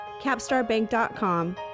CapstarBank.com